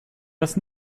das